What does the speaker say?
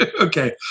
Okay